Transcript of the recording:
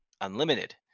unlimited